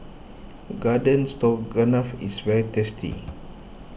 Garden Stroganoff is very tasty